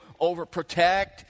overprotect